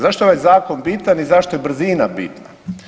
Zašto je ovaj zakon bitan i zašto je brzina bitna?